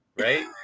right